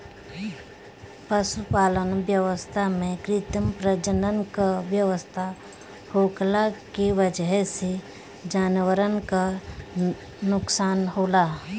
पशुपालन व्यवस्था में कृत्रिम प्रजनन क व्यवस्था होखला के वजह से जानवरन क नोकसान होला